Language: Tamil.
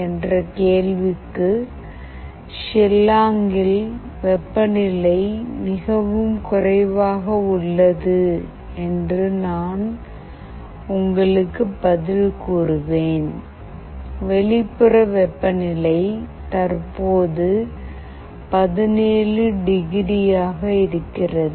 என்ற கேள்விக்கு ஷில்லாங்கில் வெப்பநிலை மிகவும் குறைவாக உள்ளது என்று நான் உங்களுக்கு பதில் கூறுவேன் வெளிப்புற வெப்பநிலை தற்போது 17 டிகிரி இருக்கிறது